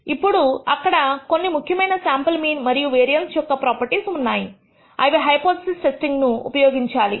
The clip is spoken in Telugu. ఇప్పుడు అక్కడ కొన్ని ముఖ్యమైన శాంపుల్ మీన్ మరియు వేరియన్స్ యొక్క ప్రాపర్టీస్ ఉన్నాయి అవి హైపోథిసిస్ టెస్టింగ్ ను ఉపయోగించాలి